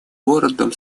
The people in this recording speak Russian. городом